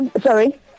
Sorry